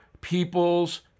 People's